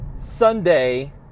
Sunday